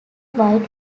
wide